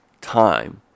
time